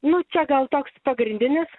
nu čia gal toks pagrindinis